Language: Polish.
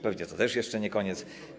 Pewnie to też jeszcze nie koniec.